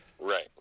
Right